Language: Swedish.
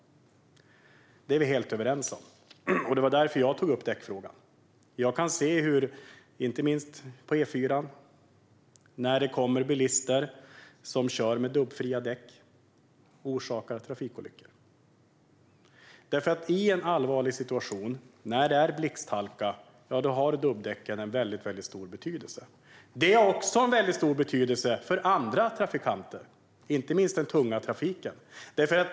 Det är vi helt överens om. Det var därför jag tog upp däckfrågan. Jag kan se inte minst på E4:an när det kommer bilister som kör med dubbfria däck och orsakar trafikolyckor. I en allvarlig situation när det är blixthalka har dubbdäcken en stor betydelse. De har också en stor betydelse för andra trafikanter, inte minst den tunga trafiken.